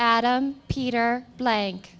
adam peter blank